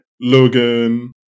Logan